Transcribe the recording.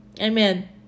amen